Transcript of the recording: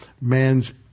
Man's